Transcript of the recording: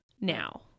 now